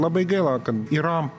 labai gaila kad yra